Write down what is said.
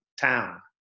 town